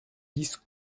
dix